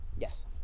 Yes